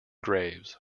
graves